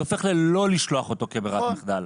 זה הופך ללא לשלוח אותו כברירת מחדל.